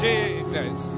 Jesus